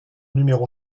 numéro